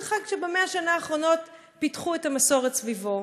זה חג שב-100 השנים האחרונות פיתחו את המסורת סביבו,